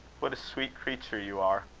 what a sweet creature you are!